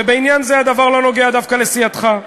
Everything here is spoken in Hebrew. ובעניין זה הדבר לא נוגע דווקא לסיעתך,